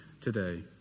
today